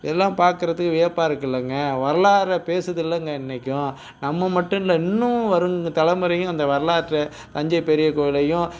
இதெல்லாம் பார்க்கறதுக்கு வியப்பாக இருக்குது இல்லைங்க வரலாறை பேசுதில்லைங்க இன்றைக்கும் நம்ம மட்டும் இல்லை இன்னும் வரும் தலைமுறையும் அந்த வரலாற்றை தஞ்சை பெரிய கோயிலையும்